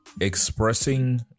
Expressing